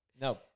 No